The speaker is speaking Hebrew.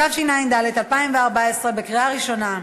התשע"ד 2014, קריאה ראשונה.